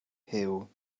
huw